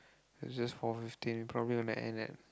its just four fifteen we probably gonna end at